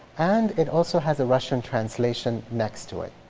and it also has a russian translation next to it.